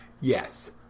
Yes